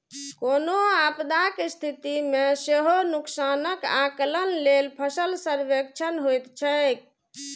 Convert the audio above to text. कोनो आपदाक स्थिति मे सेहो नुकसानक आकलन लेल फसल सर्वेक्षण होइत छैक